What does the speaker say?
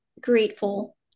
grateful